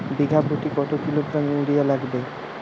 বিঘাপ্রতি কত kilogram urea লাগবে?